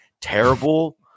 terrible